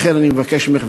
לכן אני מבקש ממך,